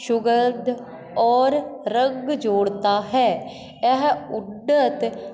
सउगंध और रंग जोड़ता है यह उन्नत